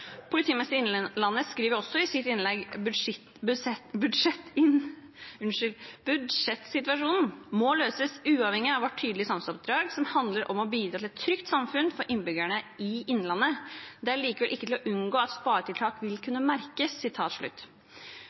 skriver også i sitt innlegg: «Budsjettsituasjonen må løses uavhengig av vårt tydelige samfunnsoppdrag som handler om å bidra til et trygt samfunn for innbyggerne i Innlandet. Det er likevel ikke til å unngå at sparetiltakene vil kunne merkes.»